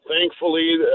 thankfully